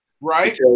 Right